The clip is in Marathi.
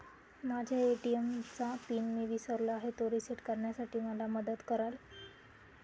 माझ्या ए.टी.एम चा पिन मी विसरलो आहे, तो रिसेट करण्यासाठी मला मदत कराल?